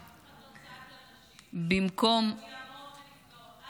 אף אחד לא צעק על נשים מאוימות ונפגעות.